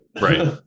Right